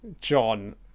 John